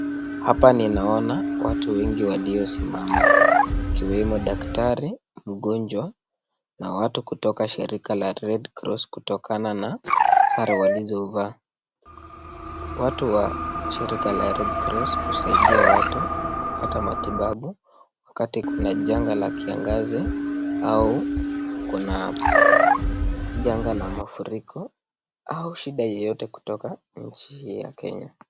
Hapa ninaona watu wengi waliosimama wakiwemo daktari, mgonjwa na watu kutoka shirika la Red cross kutokana na sare walizovaa. Watu wa shirika la Red Cross husaidia watu kupata matibabu wakati kuna janga la kiangazi au kuna janga la mafuriko au shida yeyote kutoka nchi hii ya Kenya.